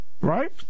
Right